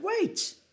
wait